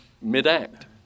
mid-act